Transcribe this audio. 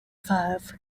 five